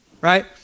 right